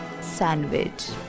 Sandwich